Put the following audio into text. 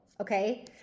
okay